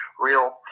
real